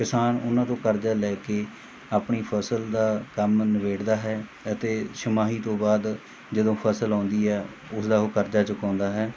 ਕਿਸਾਨ ਉਹਨਾਂ ਤੋਂ ਕਰਜ਼ਾ ਲੈ ਕੇ ਆਪਣੀ ਫਸਲ ਦਾ ਕੰਮ ਨਿਬੇੜਦਾ ਹੈ ਅਤੇ ਛਮਾਹੀ ਤੋਂ ਬਾਅਦ ਜਦੋਂ ਫਸਲ ਆਉਂਦੀ ਹੈ ਉਸਦਾ ਉਹ ਕਰਜ਼ਾ ਚੁਕਾਉਂਦਾ ਹੈ